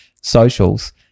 socials